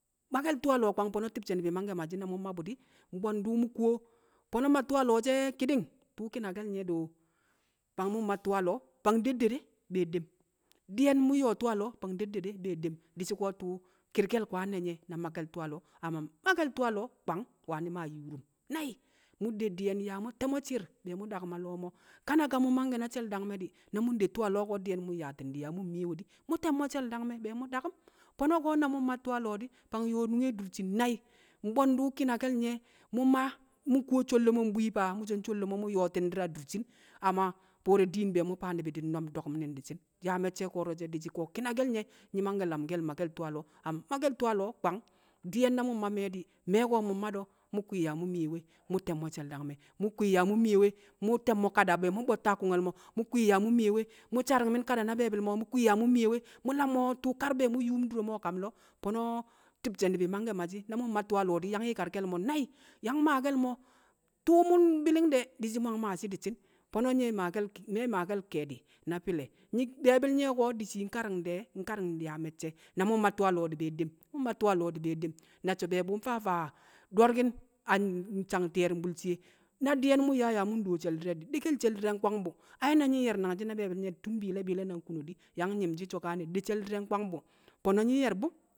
Make̱l tu̱u̱ a lo̱o̱ kwang, fo̱no̱ ti̱bshe̱ ni̱bi̱ mangkẹ ma shi̱ na mu̱ mma bu̱ di̱ mbwe̱ndu̱ mu̱ nkuwo, fo̱no̱ ma tu̱u̱ a lo̱o̱ ko̱ she̱ ki̱di̱n tu̱u̱ ki̱nake̱l nye̱ do mbwang mu̱ mma tu̱u̱ a lo̱o̱, fang deddede be̱e̱ dem, Di̱ye̱n mu̱ nyo̱o̱ tu̱u̱ a lo̱o̱ fang deddede be̱e̱ dem, di̱ shi̱ ko̱ tu̱u̱ ki̱rke̱l kwaan ne̱ nye̱ na makke̱l tu̱u̱ a lo̱o̱. Amma makke̱l tu̱u̱ a lo̱o̱ kwang, wani̱ ma yuurum nai̱. Mu̱ de di̱yẹn yaa mu̱ te̱mo̱ shi̱i̱r be̱e̱ mu̱ dakum a lo̱o̱ mo̱. Ka na mu̱ mangkẹ na she̱l- dangme̱ di̱, na mu̱ nde tu̱u̱ a lo̱o̱ ko̱ di̱yẹn mu̱ nyaati̱n di̱, yaa mu̱ miye di̱ mu̱ te̱mo̱ she̱l- dangme̱ be̱e̱ mu̱ daku̱m. Fo̱no̱ ko̱ na mu̱ mma tu̱u̱ a lo̱o̱ di̱, fang yo̱o̱ nunge durshin nai̱ mbwẹndu̱ ki̱nake̱l nye̱ mu̱ mor, mu̱ kuwo sholle mo̱ mbwii fa, mu̱ so̱ sholle mo̱ mu̱ nyo̱o̱ti̱n di̱r adurshin, amma fo̱o̱re̱ diin be̱e̱ mu̱ faa ni̱bi̱ nno̱m di̱ ndo̱ku̱m ni̱n di̱shi̱in. Yaa me̱cce̱ ko̱ro̱ she̱ di̱shi̱ ko̱ ki̱nake̱l nye̱, nyi̱ mangke̱ lam makke̱l tu̱u̱ a lo̱o̱, amma makkẹl tu̱u̱ a lo̱o̱ kwang. Di̱ye̱n na mu̱ mma me̱e̱ di̱, me̱e̱ ko̱ mu̱ nma do̱, mu̱ kwi̱i̱ yaa mu̱ miyewe mu̱ te̱mmo̱ she̱l- dangme̱, mu̱ kwi̱i̱ yaa mu̱ miyewe, mu̱ te̱mmo̱ kada be̱e̱ mu̱ bo̱tta ku̱nge̱l mo̱, mu̱ kwi̱i̱ yaa mu̱ miyewe, mu̱ saari̱ngmi̱n kada na be̱e̱bi̱l mo̱, mu̱ kwi̱i̱ yaa mu̱ miyewe me̱e̱ lammo̱ ka nkar be mu̱ yuum dure mo̱ a kam lo̱o̱, fo̱no̱ ti̱bshi̱ ni̱bi̱ mangkẹ ma shi̱. Na mu̱ ma tu̱u̱ a lo̱o̱ yang yi̱karke̱l mo̱ nai̱, yang maake̱l mo̱, tu̱u̱ mu̱ mbi̱li̱ng de̱ di̱shi̱ mu̱ yang maashi̱ di̱shi̱n. Fo̱no̱ me̱ maake̱l maake̱l ke̱e̱di̱ na fi̱le̱, nyi̱ be̱e̱bi̱l nye̱ ko̱, di̱ shii nkari̱ng de̱ nkari̱ng yaa me̱cce̱. Na mu̱ mma tu̱u̱ a lo̱o̱ di̱ be̱e̱ dem, mu̱ mma tu̱u̱ a lo̱o̱ di̱ be̱e̱ dem. Na so̱ be̱e̱bu̱ mfaa faa do̱rki̱n a sang ti̱ye̱ru̱mbu̱l shiye, na di̱ye̱n mu̱ nyaa yaa mu̱ ndo she̱l di̱re̱ di̱, dekkel she̱l di̱re̱ nkwang bu̱. Ai na nyi̱ nye̱r nangshi̱ na be̱e̱bi̱l nye̱ tun bi̱i̱le̱ bi̱i̱le̱ di̱ na nkuno di̱ ya nyi̱mshi̱ so̱ de she̱l di̱re̱ nKwang bu̱, fo̱no̱ nyi̱ nye̱r bu̱.